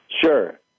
Sure